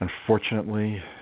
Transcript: Unfortunately